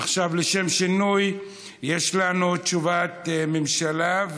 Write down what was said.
עכשיו לשם שינוי יש לנו תשובת ממשלה.